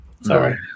sorry